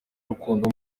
rukundo